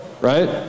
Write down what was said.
right